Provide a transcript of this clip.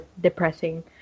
depressing